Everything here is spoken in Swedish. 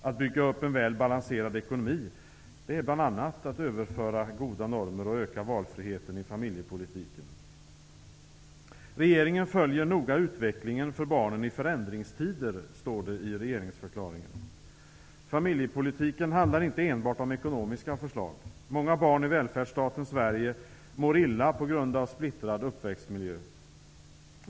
Att bygga upp en väl balanserad ekonomi är bl.a. att överföra goda normer och öka valfriheten i familjepolitiken. Regeringen följer noga utvecklingen för barnen i förändringstider, står det i regeringsförklaringen. Familjepolitik handlar inte enbart om ekonomiska förslag. Många barn i välfärdsstaten Sverige mår illa på grund av en splittrad uppväxtmiljö.